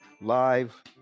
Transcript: Live